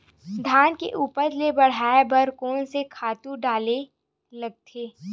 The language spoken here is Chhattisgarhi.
धान के उपज ल बढ़ाये बर कोन से खातु डारेल लगथे?